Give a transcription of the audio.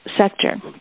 sector